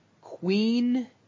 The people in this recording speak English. Queen